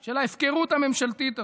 של ההפקרות הממשלתית הזו.